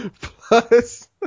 Plus